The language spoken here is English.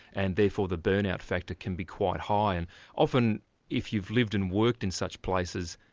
and therefore the burn-out factor can be quite high. and often if you've lived and worked in such places,